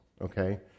Okay